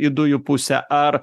į dujų pusę ar